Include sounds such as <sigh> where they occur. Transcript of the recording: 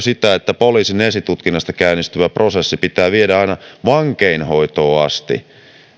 <unintelligible> sitä että poliisin esitutkinnasta käynnistyvä prosessi pitää viedä aina vankeinhoitoon asti